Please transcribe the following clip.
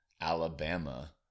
Alabama